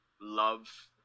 love